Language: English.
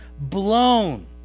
blown